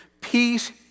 peace